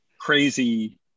Crazy